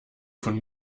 von